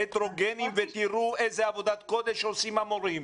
תלכו לבתי ספר הטרוגניים ותראו איזו עבודת קודש עושים המורים.